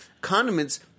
Condiments